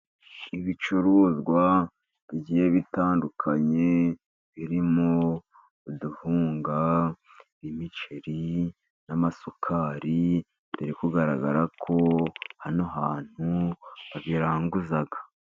Ibicuruzwa bigiye bitandukanye, birimo uduhunga tw'imiceri, n'amasukari biri kugaragara ko hano hantu babiranguza.